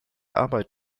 arbeit